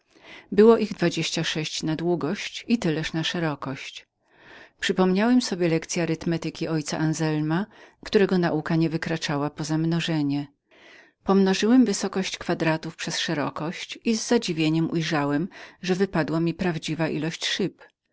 było ich dwadzieścia sześć na długość i tyleż na szerokość przypomniałem sobie lekcye arytmetyki ojca anzelma którego nauka nie podnosiła się nad mnożenie pomnożyłem wysokość kwadratów przez szerokość i z zadziwieniem ujrzałem że wypadła mi prawdziwa ilość szyb